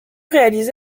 réalisé